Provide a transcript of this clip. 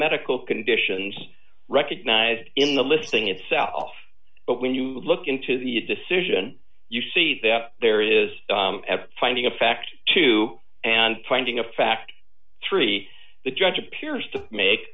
medical conditions recognized in the listing itself but when you look into the decision you see that there is a finding effect two and finding a fact three the judge appears to